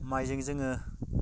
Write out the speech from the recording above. माइजों जोङो